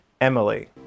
Emily